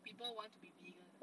people want to be vegan uh